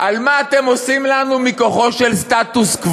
על מה אתם עושים לנו מכוחו של סטטוס-קוו,